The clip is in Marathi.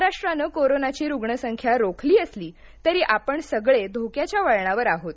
महाराष्ट्रानं कोरोनाची रुग्णसंख्या रोखली असली तरी आपण सगळे धोक्याच्या वळणावर आहोत